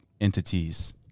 entities